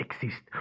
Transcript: exist